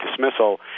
dismissal